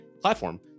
platform